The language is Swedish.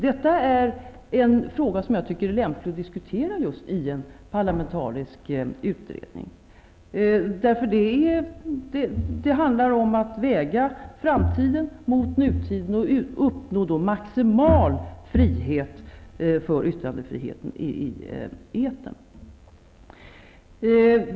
Det är en fråga som jag tycker det är lämpligt att diskutera just i en parlamentarisk utredning. Det handlar om att väga framtiden mot nutiden och uppnå maximal yttrandefrihet i etern.